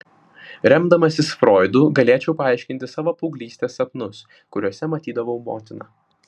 remdamasis froidu galėčiau paaiškinti savo paauglystės sapnus kuriuose matydavau motiną